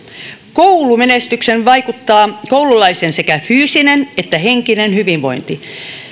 koulumenestykseen vaikuttaa koululaisen sekä fyysinen että henkinen hyvinvointi